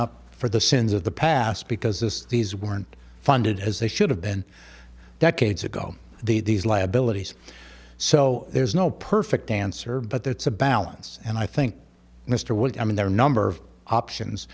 up for the sins of the past because this these weren't funded as they should have been decades ago these liabilities so there's no perfect answer but that's a balance and i think mr wood i mean there are number of options